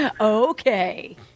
Okay